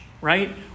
Right